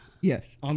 Yes